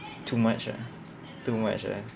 too much lah too much lah